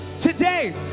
today